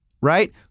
Right